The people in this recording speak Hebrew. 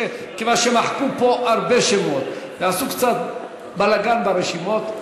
כיוון שמחקו פה הרבה שמות ועשו קצת בלגן ברשימות.